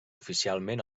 oficialment